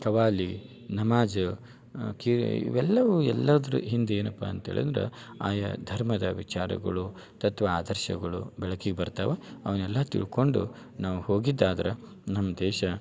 ಖವಾಲಿ ನಮಾಜ್ ಕೀರ್ ಇವೆಲ್ಲವೂ ಎಲ್ಲದ್ರ ಹಿಂದೂ ಏನಪ್ಪಾ ಅಂತೇಳಿಂದ್ರೆ ಆಯಾ ಧರ್ಮದ ವಿಚಾರಗಳು ತತ್ವ ಆದರ್ಶಗಳು ಬೆಳಕಿಗೆ ಬರ್ತಾವ ಅವನ್ನೆಲ್ಲ ತಿಳ್ಕೊಂಡು ನಾವು ಹೋಗಿದ್ದಾದ್ರೆ ನಮ್ಮ ದೇಶ